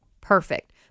Perfect